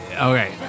Okay